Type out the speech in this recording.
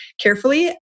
carefully